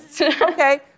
Okay